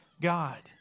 God